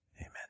Amen